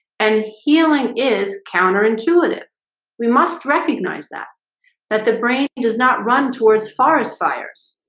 and healing is counterintuitive we must recognize that that the brain does not run towards forest fires